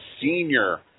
senior